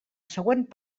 següent